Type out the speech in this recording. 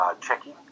Checking